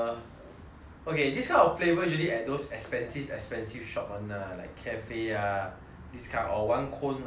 okay this kind of flavor usually at those expensive expensive shop [one] lah like cafe ah this kind or one cone like six dollar